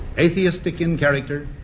atheistic in character,